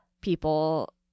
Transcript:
people